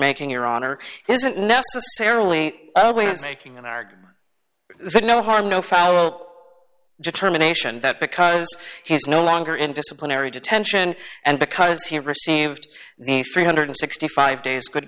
making your honor isn't necessarily making an argument that no harm no foul determination that because he's no longer in disciplinary detention and because he received three hundred and sixty five days good